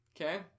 Okay